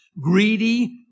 greedy